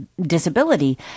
disability